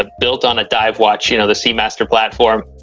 ah built on a dive watch, you know, the seamaster platform.